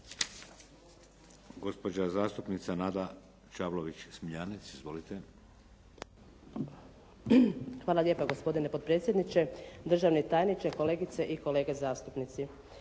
Hvala lijepa gospodine potpredsjedniče. Državni tajniče, kolegice i kolege zastupnici.